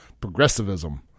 Progressivism